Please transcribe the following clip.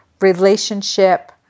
relationship